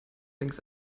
links